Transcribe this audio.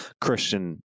Christian